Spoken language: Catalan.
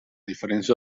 diferents